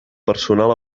personal